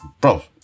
bro